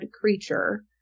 creature